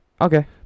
okay